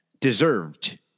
deserved